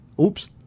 Oops